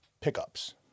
pickups